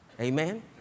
Amen